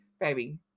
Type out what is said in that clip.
baby